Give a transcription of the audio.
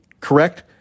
correct